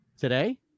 today